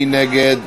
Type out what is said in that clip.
מי נגד?